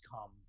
come